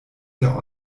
der